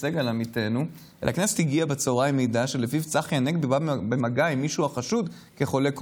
למדינת ישראל ולמלא באמונה את שליחותי בכנסת".